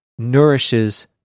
nourishes